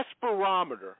barometer